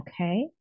okay